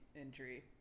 injury